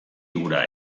hura